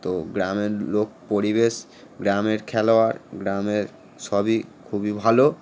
তো গ্রামের লোক পরিবেশ গ্রামের খেলোয়াড় গ্রামের সবই খুবই ভালো